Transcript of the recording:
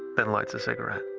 then lights a cigarette.